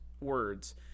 words